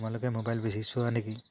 তোমালোকে মোবাইল বেছি চোৱা নেকি